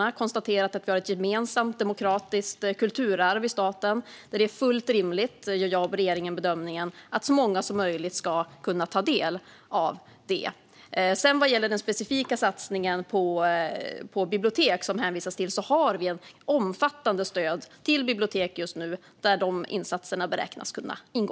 Vi har konstaterat att vi i staten har ett gemensamt, demokratiskt kulturarv. Jag och regeringen gör bedömningen att det är fullt rimligt att så många som möjligt ska kunna ta del av det. Vad sedan gäller den specifika satsningen på bibliotek som det hänvisas till vill jag säga att vi just nu har ett omfattande stöd till bibliotek där dessa insatser beräknas kunna ingå.